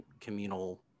communal